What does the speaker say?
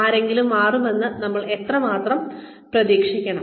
ആരെങ്കിലും മാറുമെന്ന് നമ്മൾ എത്രമാത്രം പ്രതീക്ഷിക്കണം